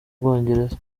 bwongereza